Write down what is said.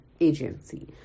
agency